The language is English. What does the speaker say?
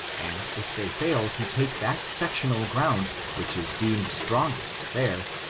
and if they fail to take that sectional ground which is deemed strongest there,